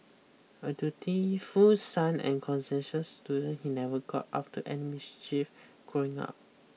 a dutiful son and conscientious student he never got up to any mischief growing up